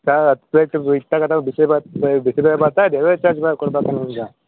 sir ಹತ್ತು plate ಇಷ್ಟು ತೊಗೋತಾ ಬಿಸಿಬೇಳೆ ಬಿಸಿಬೇಳೆಬಾತ ಡಿಲಿವರಿ ಚಾರ್ಜ್ ಬೇರೆ ಕೊಡಬೇಕಾ ನಿಮಗೆ